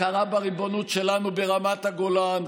הכרה בריבונות שלנו ברמת הגולן,